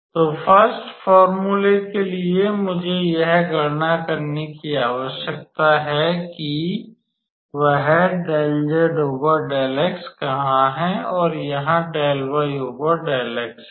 तो फ़र्स्ट फोर्मूले के लिए मुझे यह गणना करने की आवश्यकता है कि वह 𝜕𝑧𝜕𝑥 कहां है और यहाँ 𝜕𝑦𝜕𝑥 है